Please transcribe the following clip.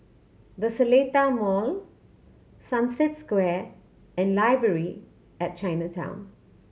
The Seletar Mall Sunset Square and Library at Chinatown